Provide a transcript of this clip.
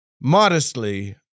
modestly